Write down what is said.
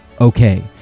Okay